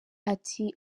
ati